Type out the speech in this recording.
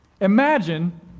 imagine